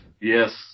Yes